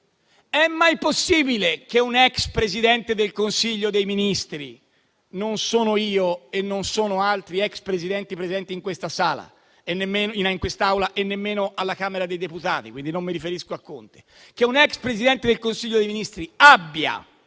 È mai possibile che un ex Presidente del Consiglio dei ministri (non